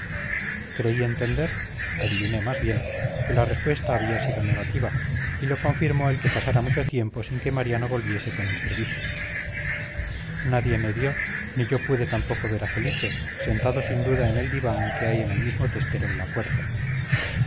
creí entender adiviné más bien que la respuesta había sido negativa y lo confirmó el que pasara mucho tiempo sin que mariano volviese con el servicio nadie me vio ni yo pude tampoco ver a felipe sentado sin duda en el diván que hay en el mismo testero de la puerta